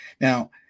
Now